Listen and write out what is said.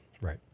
Right